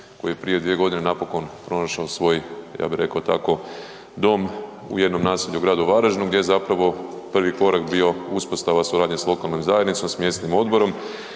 koji je prije 2 godine napokon pronašao svoj ja bi rekao tako dom u jednom naselju u gradu Varaždinu gdje je zapravo prvi korak bio uspostava suradnje s lokalnom zajednicom, s mjesnim odborom